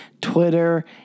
Twitter